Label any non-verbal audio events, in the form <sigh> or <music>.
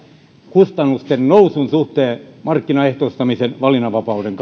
kustannusten nousun suhteen markkinaehtoistamisessa valinnanvapauden <unintelligible>